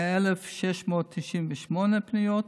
100,698 פניות,